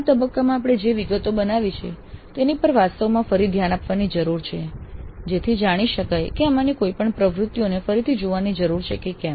આ તબક્કામાં આપણે જે વિગતો બનાવી છે તેની પર વાસ્તવમાં ફરી ધ્યાન આપવાની જરૂર છે જેથી જાણી શકાય કે આમાંની કોઈપણ પ્રવૃત્તિઓને ફરીથી જોવાની જરૂર છે કે કેમ